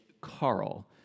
Carl